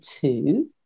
two